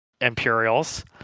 Imperials